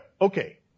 okay